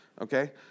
okay